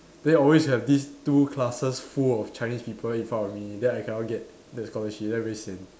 then always have these two classes full of Chinese people in front of me then I cannot get the scholarship then I very sian